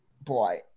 Boy